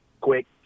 quick